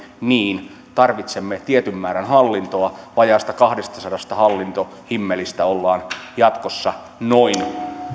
niin tarvitsemme tietyn määrän hallintoa vajaasta kahdestasadasta hallintohimmelistä tulee jatkossa noin